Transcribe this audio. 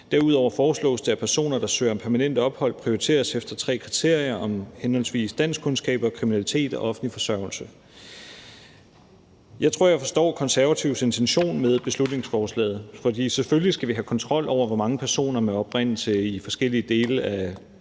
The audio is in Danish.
Derudover foreslås det, at personer, der søger om permanent ophold, prioriteres efter tre kriterier om henholdsvis danskkundskaber, kriminalitet og offentlig forsørgelse. Jeg tror, jeg forstår Konservatives intention med beslutningsforslaget, for selvfølgelig skal vi have kontrol over, hvor mange personer med oprindelse i forskellige dele af